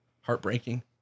heartbreaking